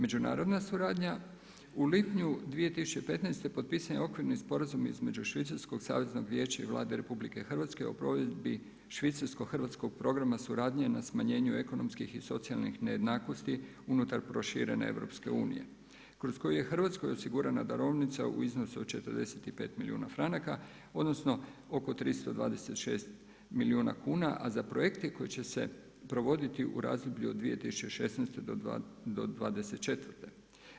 Međunarodna suradnja u lipnju 2015. godine potpisan je Okvirni sporazum između Švicarskog saveznog vijeća i Vlade RH o provedbi švicarskog hrvatskog programa suradnje na smanjenju ekonomskih i socijalnih nejednakosti unutar proširene Europske unije kroz koju je Hrvatskoj osigurana darovnica u iznosu od 45 milijuna franaka, odnosno oko 326 milijuna kuna, a za projekte koji će se provoditi u razdoblju od 2016. do dvadeset i četvrte.